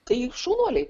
tai šaunuoliai